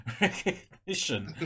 recognition